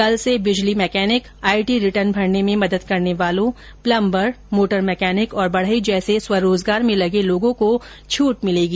कल से बिजली मैकेनिक आईटी रिटर्न भरने में मदद करने वालों प्लंबर मोटर मैकेनिक और बढ़ई जैसे स्वरोजगार में लगे लोगों को छूट मिलेगी